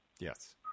Yes